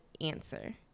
answer